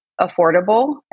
affordable